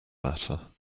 matter